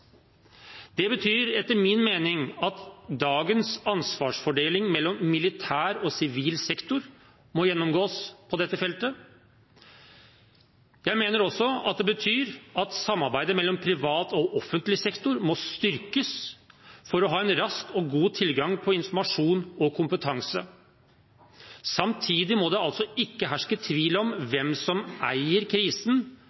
Det betyr etter min mening at dagens ansvarsfordeling mellom militær og sivil sektor må gjennomgås på dette feltet. Det betyr også at samarbeidet mellom privat og offentlig sektor må styrkes for å ha en rask og god tilgang på informasjon og kompetanse. Samtidig må det ikke herske tvil om hvem som eier krisen